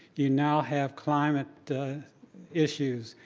you now have climate issues.